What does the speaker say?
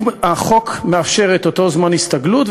והחוק מאפשר בדיוק את אותו זמן הסתגלות,